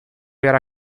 era